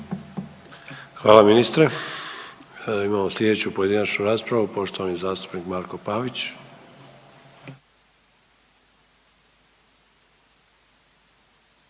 Hvala ministre. Imamo slijedeću pojedinačnu raspravu poštovani zastupnik Marko Pavić.